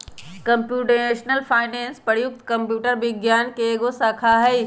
computational finance प्रयुक्त computer विज्ञान के एगो शाखा हइ